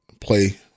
play